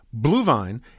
BlueVine